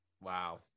Wow